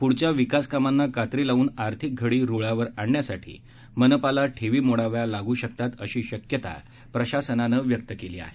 प्ढच्या विकासकामांना कात्री लावून आर्थिक घडी रुळावर आणण्यासाठी मनपाला ठेवी मोडाव्या लागू शकतात अशी शक्यता प्रशासनानं व्यक्त केली आहे